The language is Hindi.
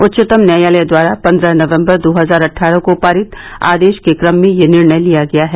उच्चतम न्यायालय द्वारा पन्द्रह नवम्बर दो हजार अट्ठारह को पारित आदेश के कम में यह निर्णय लिया गया है